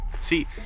see